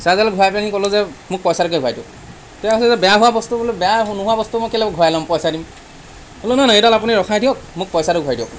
চাৰ্জাৰডাল ঘূৰাই পেলানি ক'লোঁ যে মোক পইচাটোকে ঘূৰাই দিয়ক তেওঁ কৈছে যে বেয়া হোৱা বস্তু বোলে বেয়া নোহোৱা বস্তু মই কেলৈ ঘূৰাই ল'ম পইচা দিম বোলে মই বোলো নহয় নহয় এইডাল আপুনি ৰখাই দিয়ক মোক পইচাটো ঘূৰাই দিয়ক